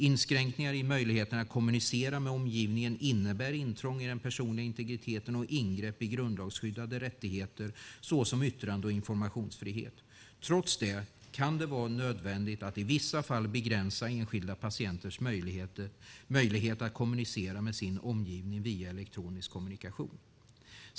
Inskränkningar i möjligheten att kommunicera med omgivningen innebär intrång i den personliga integriteten och ingrepp i grundlagsskyddade rättigheter, såsom yttrande och informationsfrihet. Trots detta kan det vara nödvändigt att i vissa fall begränsa enskilda patienters möjlighet att kommunicera med sin omgivning via elektronisk kommunikation.